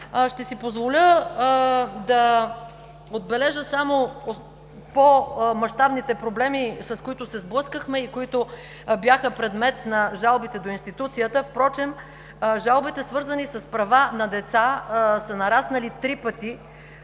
Ще си позволя да отбележа само по-мащабните проблеми, с които се сблъскахме и които бяха предмет на жалбите до институцията. Жалбите, свързани с права на деца, са нараснали три пъти: